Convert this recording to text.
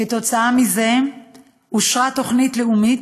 עקב כך אושרה תוכנית לאומית,